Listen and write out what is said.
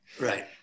Right